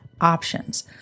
options